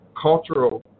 cultural